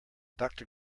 doctor